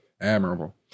admirable